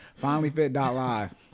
Finallyfit.live